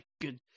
good